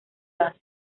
vas